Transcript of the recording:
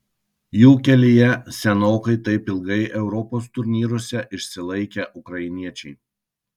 jų kelyje senokai taip ilgai europos turnyruose išsilaikę ukrainiečiai